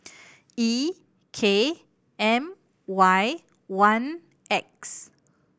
E K M Y one X